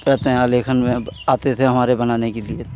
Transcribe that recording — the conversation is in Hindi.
कहते हैं आलेखन में आते थे हमारे बनाने के लिए